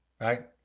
right